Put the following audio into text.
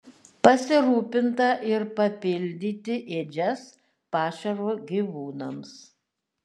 pasirūpinta ir papildyti ėdžias pašaru gyvūnams